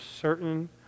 certain